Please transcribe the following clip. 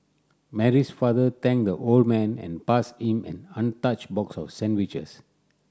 Mary's father thanked the old man and passed him an untouched box of sandwiches